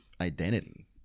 identity